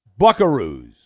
buckaroos